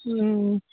ಹ್ಞೂ